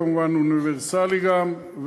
כמובן אוניברסלי גם,